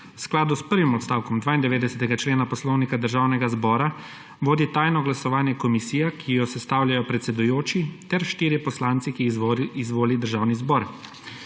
V skladu s prvim odstavkom 92. člena Poslovnika Državnega zbora vodi tajno glasovanje komisija, ki jo sestavljajo predsedujoči ter štirje poslanci, ki jih izvoli Državni zbor.